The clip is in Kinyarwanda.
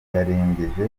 yarengeje